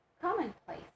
commonplace